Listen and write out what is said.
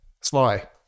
Sly